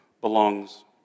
belongs